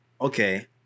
okay